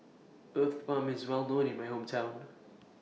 Uthapam IS Well known in My Hometown